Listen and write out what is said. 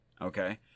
Okay